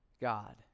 God